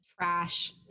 trash